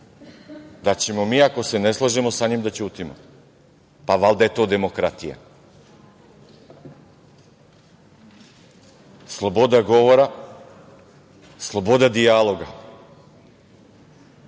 da ćemo mi ako se ne složimo sa njim da ćutimo. Pa, valjda je to demokratija. Sloboda govora, sloboda dijaloga. Isto